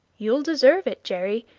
you'll deserve it, jerry,